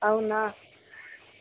అవునా